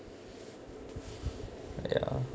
ya